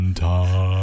time